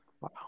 wow